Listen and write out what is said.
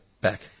back